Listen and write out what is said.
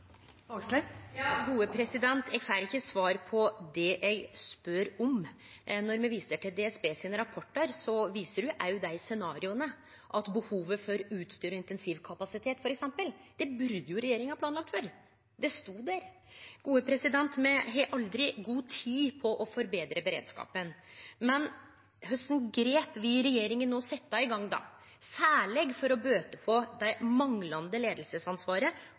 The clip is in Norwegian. Eg får ikkje svar på det eg spør om. Når me viser til DSB sin rapport, viser han også til dei scenarioa, at f.eks. behovet for utstyr og intensivkapasitet burde regjeringa ha planlagt for. Det stod der. Me har aldri god tid på å forbetre beredskapen. Men kva slags grep vil regjeringa setje i gang no, særleg for å bøte på det manglande